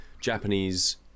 Japanese